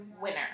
winner